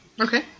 Okay